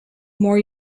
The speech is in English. more